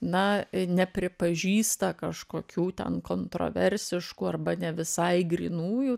na nepripažįsta kažkokių ten kontraversiškų arba ne visai grynųjų